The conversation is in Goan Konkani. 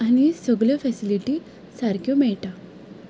आनी सगळ्यो फॅसिलिटीज सारक्यो मेळटा